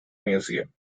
museum